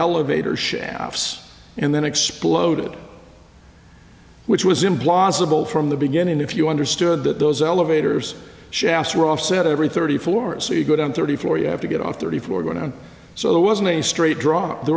elevator shafts and then exploded which was implausible from the beginning if you understood that those elevators shafts were offset every thirty floors so you go down thirty four you have to get off thirty four going on so there wasn't a straight draw there